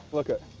lookit.